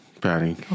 Patty